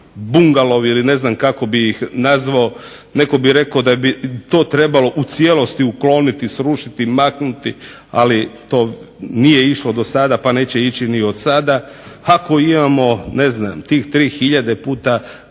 ne znam kako bi ih nazvao. Netko bi rekao da bi to trebalo u cijelosti ukloniti, srušiti, maknuti ali to nije išlo do sada pa neće ići ni od sada. Ako imamo ne znam tih tri hiljade put